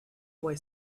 boy